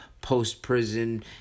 post-prison